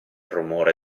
rumore